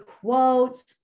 quotes